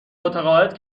متعاقد